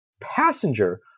passenger